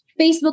Facebook